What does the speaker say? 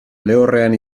lehorrean